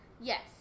Yes